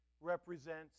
represents